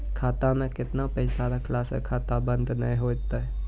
खाता मे केतना पैसा रखला से खाता बंद नैय होय तै?